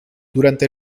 durante